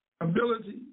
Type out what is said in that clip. abilities